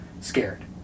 scared